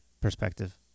perspective